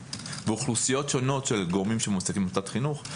ואוכלוסיות שונות של גורמים שמועסקים במוסדות חינוך,